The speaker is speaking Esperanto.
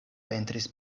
pentris